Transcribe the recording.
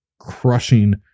crushing